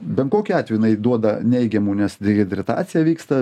bet kokiu atveju tai duoda neigiamų nes dehidratacija vyksta